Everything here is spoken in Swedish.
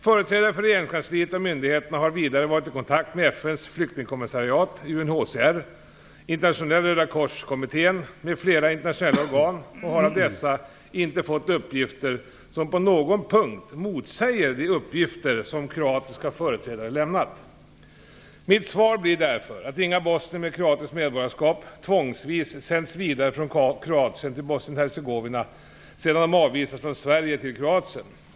Företrädare för regeringskansliet och myndigheterna har vidare varit i kontakt med FN:s flyktingkommissariat, internationella organ och har av dessa inte fått uppgifter som på någon punkt motsäger de uppgifter som kroatiska företrädare lämnat. Mitt svar blir därför att inga bosnier med kroatiskt medborgarskap tvångsvis sänds vidare från Kroatien till Bosnien-Hercegovina sedan de avvisats från Sverige till Kroatien.